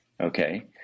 Okay